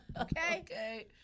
Okay